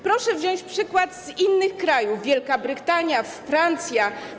Proszę wziąć przykład z innych krajów, Wielkiej Brytanii, Francji.